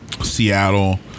Seattle